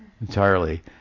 entirely